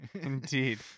indeed